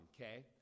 okay